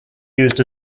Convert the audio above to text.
used